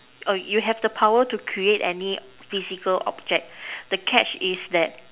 oh you have the power to create any physical object the catch is that